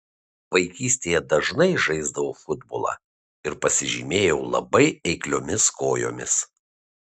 vaikystėje dažnai žaisdavau futbolą ir pasižymėjau labai eikliomis kojomis